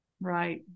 Right